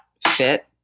fit